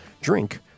Drink